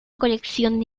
colección